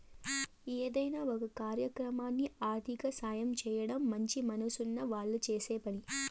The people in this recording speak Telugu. ఏదైనా ఒక కార్యక్రమానికి ఆర్థిక సాయం చేయడం మంచి మనసున్న వాళ్ళు చేసే పని